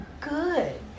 good